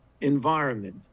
environment